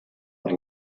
per